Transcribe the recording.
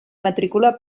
matrícula